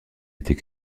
était